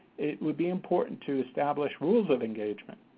it would be important to establish rules of engagement,